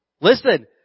Listen